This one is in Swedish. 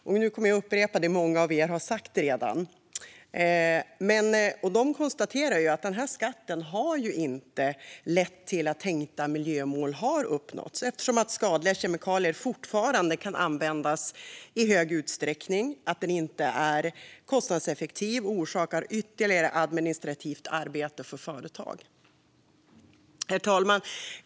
De konstaterade - jag kommer nu att upprepa vad många här redan har sagt - att skatten inte har lett till att tänkta miljömål har uppnåtts eftersom skadliga kemikalier fortfarande kan användas i stor utsträckning, att den inte är kostnadseffektiv och att den orsakar ytterligare administrativt arbete för företag. Herr talman!